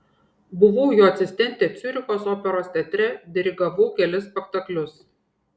buvau jo asistentė ciuricho operos teatre dirigavau kelis spektaklius